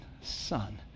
son